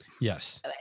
Yes